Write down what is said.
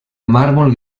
mármol